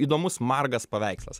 įdomus margas paveikslas